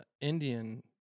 Indian